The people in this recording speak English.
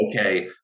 okay